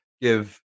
give